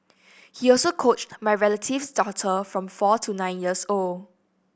he also coached my relative's daughter from four to nine years old